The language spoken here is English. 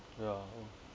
ya oh